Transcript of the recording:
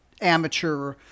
amateur